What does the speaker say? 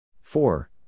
four